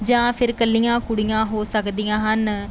ਜਾਂ ਫਿਰ ਇਕੱਲੀਆਂ ਕੁੜੀਆਂ ਹੋ ਸਕਦੀਆਂ ਹਨ